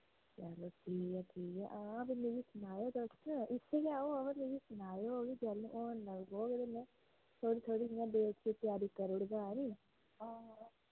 चलो ठीक ऐ ठीक ऐ हां फ्ही मिकी सनाएओ तुस इत्थे गै अ'ऊं थोह्ड़ी थोह्ड़ी में त्यारी करूड़गा खरी हां